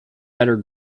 better